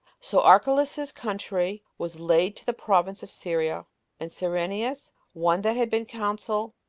so archelaus's country was laid to the province of syria and cyrenius, one that had been consul,